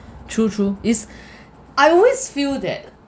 true true it's I always feel that